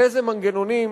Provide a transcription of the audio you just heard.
איזה מנגנונים,